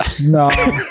No